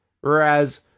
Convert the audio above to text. Whereas